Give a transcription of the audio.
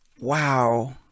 Wow